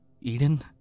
Eden